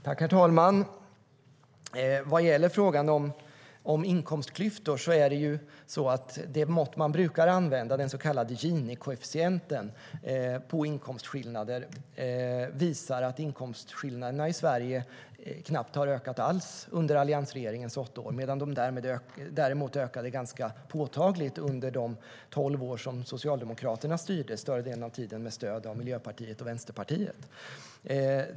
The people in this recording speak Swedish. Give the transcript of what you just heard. Herr talman! Vad gäller frågan om inkomstklyftor visar det mått som man brukar använda på inkomstskillnader, den så kallade Gini-koefficienten, att inkomstskillnaderna i Sverige knappt har ökat alls under alliansregeringens åtta år. Däremot ökade de ganska påtagligt under de tolv år som Socialdemokraterna styrde - större delen av tiden med stöd av Miljöpartiet och Vänsterpartiet.